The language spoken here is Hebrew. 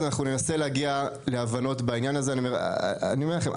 אני אומר לכם,